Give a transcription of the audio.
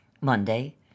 Monday